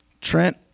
Trent